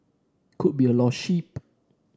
could be a lost sheep